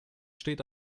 steht